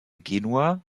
genua